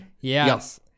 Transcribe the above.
Yes